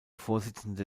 vorsitzende